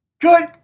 Good